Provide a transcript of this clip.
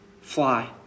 Fly